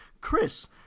Chris